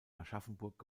aschaffenburg